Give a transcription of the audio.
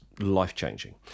life-changing